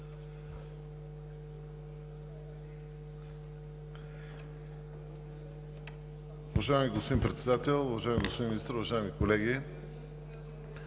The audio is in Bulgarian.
Уважаеми господин Председател, уважаеми господин Министър, уважаеми колеги!